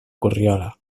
corriola